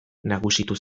nagusitu